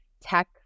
tech